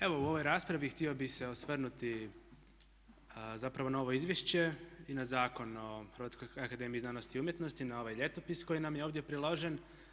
Evo u ovoj raspravi htio bih se osvrnuti zapravo na ovo izvješće i na Zakon o Hrvatskoj akademiji znanosti i umjetnosti, na ovaj ljetopis koji nam je ovdje priložen.